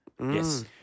Yes